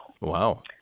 Wow